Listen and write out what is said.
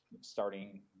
starting